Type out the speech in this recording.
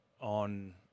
on